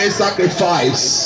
sacrifice